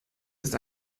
ist